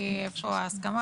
אני לא יודעת איפה ההסכמה,